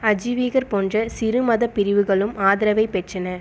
அஜீவிகர் போன்ற சிறு மதப் பிரிவுகளும் ஆதரவைப் பெற்றன